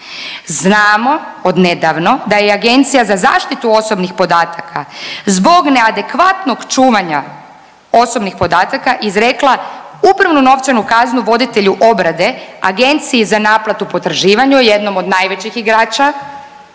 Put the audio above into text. Znamo od nedavno da je Agencija za zaštitu osobnih podataka zbog neadekvatnog čuvanja osobnih podataka izreka upravnu novčanu kaznu voditelju obrade agenciji za naplatu potraživanja, jednom od najvećih igrača